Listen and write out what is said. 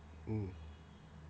mm